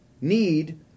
Need